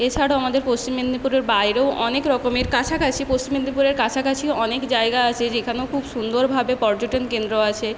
এছাড়াও আমাদের পশ্চিম মেদিনীপুরের বাইরেও অনেক রকমের কাছাকাছি পশ্চিম মেদিনীপুরের কাছাকাছি অনেক জায়গা আছে যেখানেও খুব সুন্দরভাবে পর্যটন কেন্দ্র আছে